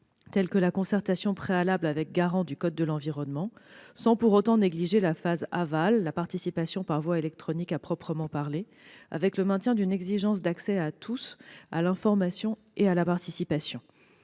en amont- concertation préalable avec garant du code de l'environnement -, sans pour autant négliger la phase aval- participation par voie électronique à proprement parler -, avec le maintien d'une exigence d'accès à tous à l'information et à la participation.